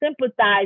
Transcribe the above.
sympathize